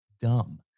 dumb